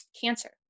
cancer